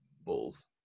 Bulls